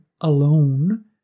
alone